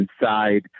inside